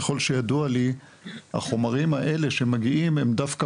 ככול שידוע לי החומרים האלה שמגיעים הם דווקא